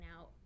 out